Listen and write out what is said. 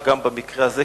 גם, מה קרה במקרה הזה?